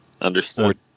understood